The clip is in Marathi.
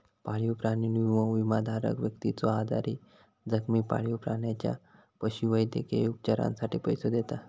पाळीव प्राणी विमो, विमोधारक व्यक्तीच्यो आजारी, जखमी पाळीव प्राण्याच्या पशुवैद्यकीय उपचारांसाठी पैसो देता